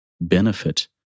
benefit